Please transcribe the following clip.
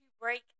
break